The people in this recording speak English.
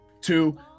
Two